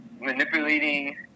manipulating